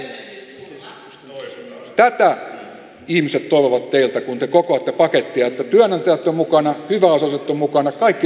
tätä ihmiset toivovat teiltä kun te kokoatte pakettia että työnantajat ovat mukana hyväosaset ovat mukana kaikki ryhmät ovat mukana samalla tavalla